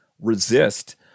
resist